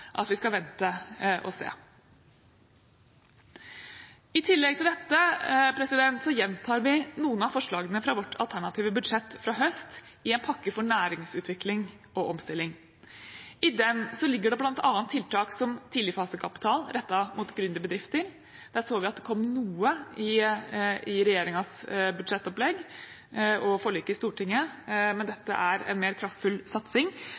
at vi skal vente og se. I tillegg til dette gjentar vi noen av forslagene i vårt alternative budsjett fra i fjor høst i en pakke for næringsutvikling og omstilling. I den ligger det bl.a. tiltak som tidligfasekapital rettet mot gründerbedrifter – her så vi at det kom noe i regjeringens budsjettopplegg og i forliket i Stortinget, men dette er en mer kraftfull satsing